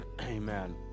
Amen